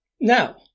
Now